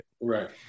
Right